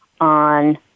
on